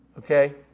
Okay